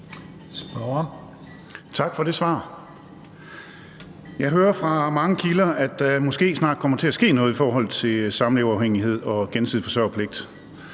Tak for det svar. Jeg hører fra mange kilder, at der måske snart kommer til at ske noget i forhold til samleverafhængighed og gensidig forsørgerpligt,